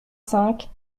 cinq